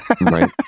Right